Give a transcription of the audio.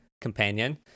companion